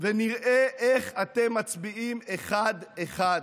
ונראה איך אתם מצביעים אחד-אחד.